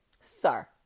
Sir